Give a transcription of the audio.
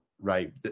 right